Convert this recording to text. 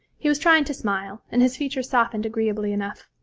he was trying to smile, and his features softened agreeably enough.